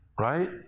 right